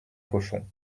cochon